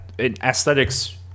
aesthetics